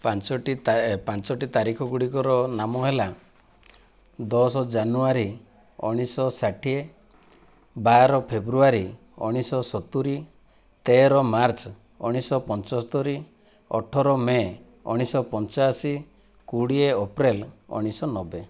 ପାଞ୍ଚଟି ପାଞ୍ଚଟି ତାରିଖ ଗୁଡ଼ିକର ନାମ ହେଲା ଦଶ ଜାନୁଆରୀ ଉଣେଇଶଶହ ଷାଠିଏ ବାର ଫେବ୍ରୁଆରୀ ଉଣେଇଶଶହ ସତୁରି ତେର ମାର୍ଚ ଉଣେଇଶଶହ ପଞ୍ଚସ୍ତରି ଅଠର ମେ' ଉଣେଇଶଶହ ପଞ୍ଚାଅଶୀ କୋଡ଼ିଏ ଏପ୍ରିଲ ଉଣେଇଶଶହ ନବେ